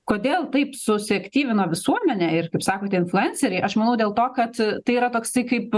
kodėl taip su susiaktyvino visuomenė ir kaip sakote influenceriai aš manau dėl to kad tai yra toksai kaip